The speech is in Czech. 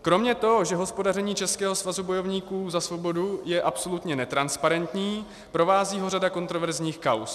Kromě toho, že hospodaření Českého svazu bojovníků za svobodu je absolutně netransparentní, provází ho řada kontroverzních kauz.